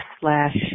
slash